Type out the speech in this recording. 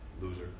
Loser